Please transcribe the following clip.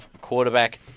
quarterback